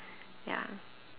ya